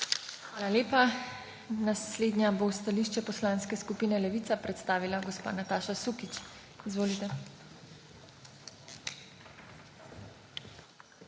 Hvala lepa. Naslednja bo stališče Poslanske skupine Levica predstavila gospa Nataša Sukič. Izvolite.